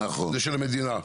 זה של המדינה.